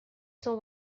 cent